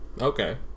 Okay